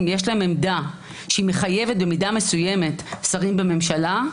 יש עמדה שמחייבת במידה מסוימת שרים בממשלה,